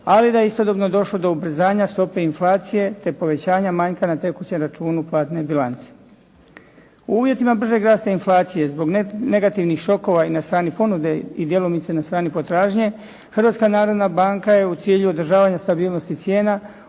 ali da je istodobno došlo do ubrzanja stope inflacije te povećanja manjka na tekućem računu platne bilance. U uvjetima bržeg rasta inflacije zbog negativnih šokova i na strani ponude i djelomice na strani potražnje, Hrvatska narodna banka je u cilju održavanja stabilnosti cijena